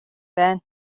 байна